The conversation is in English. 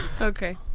Okay